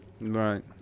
right